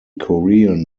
korean